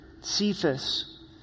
Cephas